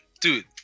dude